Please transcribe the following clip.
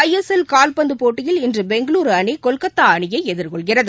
ஐ S L கால்பந்து போட்டியில் இன்று பெங்களுரு அணி கொல்கத்தா அணியை எதிர்கொள்கிறது